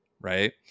right